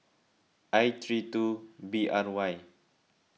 I three two B R Y